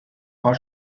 war